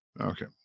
Okay